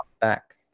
back